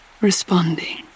responding